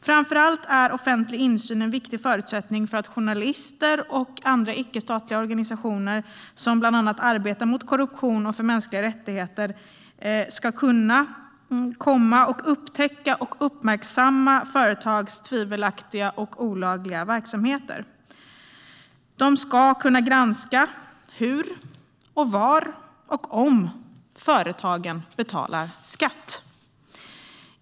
Framför allt är offentlig insyn en viktig förutsättning för att journalister och andra icke-statliga organisationer som bland annat arbetar mot korruption och för mänskliga rättigheter ska kunna upptäcka och uppmärksamma företags tvivelaktiga och olagliga verksamheter. De ska kunna granska hur, var och om företagen betalar skatt.